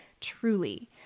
Truly